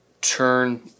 turn